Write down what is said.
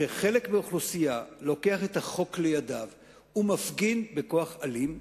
שחלק מהאוכלוסייה לוקח את החוק לידיו ומפגין בכוח אלים,